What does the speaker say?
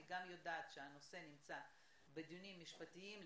אני גם יודעת שהנושא נמצא בדיונים משפטיים,